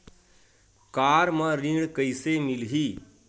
Car म ऋण कइसे मिलही?